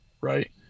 right